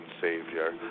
Savior